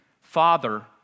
father